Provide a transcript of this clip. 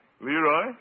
Leroy